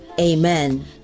amen